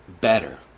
better